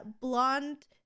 blonde